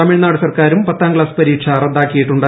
തമിഴ്നാട് സർക്കാരും പത്താം ക്സാസ് പരീക്ഷ റദ്ദാക്കിയിട്ടുണ്ട്